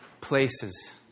places